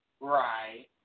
Right